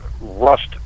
rust